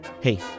Hey